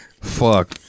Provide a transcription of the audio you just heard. Fuck